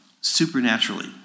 supernaturally